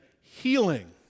healing